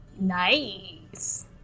Nice